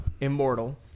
immortal